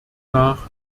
nach